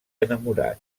enamorat